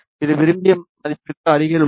இது விரும்பிய மதிப்புக்கு அருகில் உள்ளது